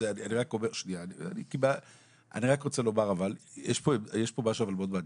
אני רק רוצה לומר, יש פה משהו מאוד מעניין,